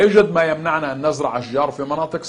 אין דבר שמונע מאיתנו לזרוע עצים בשטחי